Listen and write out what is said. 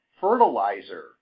fertilizer